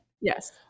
Yes